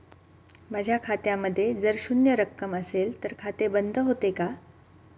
माझ्या खात्यामध्ये जर शून्य रक्कम असेल तर खाते बंद होते का?